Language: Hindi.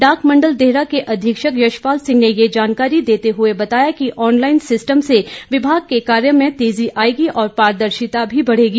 डाक मंडल देहरा के अधीक्षक यशपाल सिंह ने ये जानकारी देते हुए बताया कि ऑनलाईन सिस्टम से विभाग के कार्य में तेज़ी आएगी और पारदर्शिता भी बढ़ेगी